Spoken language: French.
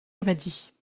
hammadi